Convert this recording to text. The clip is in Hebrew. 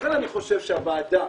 לכן, אני חושב שהוועדה